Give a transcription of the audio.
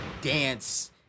dance